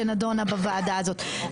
שנדונה בוועדה הזאת.